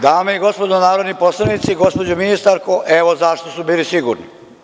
Dame i gospodo narodni poslanici, gospođo ministarko, evo zašto su bili sigurni.